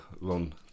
run